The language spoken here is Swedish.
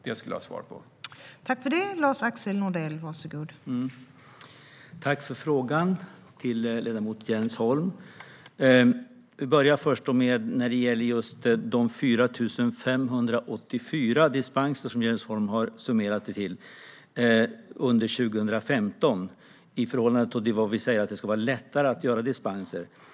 Det skulle jag vilja ha svar på.